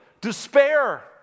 despair